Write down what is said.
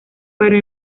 para